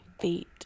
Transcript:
feet